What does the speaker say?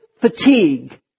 fatigue